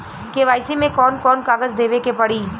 KYC मे कौन कौन कागज देवे के पड़ी?